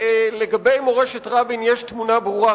לגבי מורשת רבין יש תמונה ברורה,